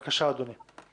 בבקשה, אדוני.